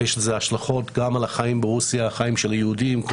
יש לזה השלכות גם על החיים של היהודים ברוסיה,